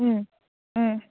ꯎꯝ ꯎꯝ